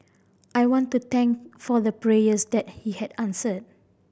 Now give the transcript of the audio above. I want to thank for the prayers that he had answered